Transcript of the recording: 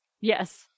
yes